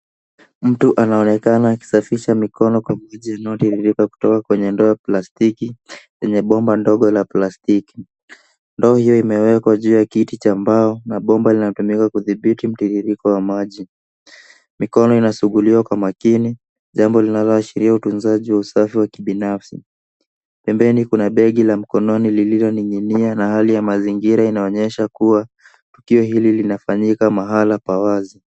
Mtu anaonekana akisafisha mikono kwa maji iliyotiririka kutoka kwenye ndoo ya plastiki lenye bomba ndogo la plastiki. Ndoo hiyo imewekwa juu ya kiti cha mbao na bomba linatumika kudhibiti mtiririko wa maji. Mikono inasuguliwa kwa makini, jambo linaashiria utunzaji wa kibinafsi. Pembeni kuna begi la mkono lililoning'inia na hali ya mazingira inaonyesha kuwa tukio hili linafanyika mahala pa wazi.